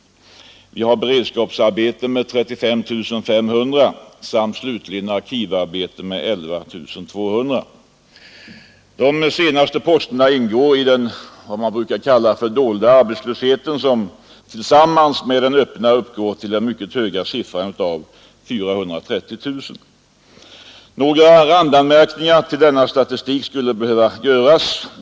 Vi har beredskapsarbeten för 35 500 personer samt slutligen arkivarbete för 11 200. De fem senaste posterna ingår i vad man brukar kalla den dolda arbetslösheten, som tillsammans med den öppna uppgår till den mycket höga siffran 430 000. Några randanmärkningar till denna statistik skulle behöva göras.